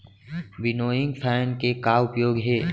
Winnowing fan के का उपयोग हे?